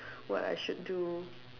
what I should do